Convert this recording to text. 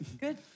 Good